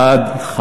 בעד,